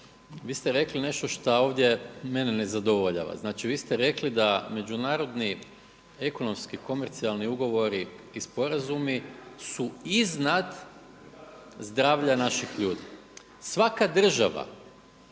Vi ste rekli nešto šta ovdje mene ne zadovoljava. Znači vi ste rekli da međunarodni ekonomski komercijalni ugovori i sporazumi su iznad zdravlja naših ljudi. Svaka država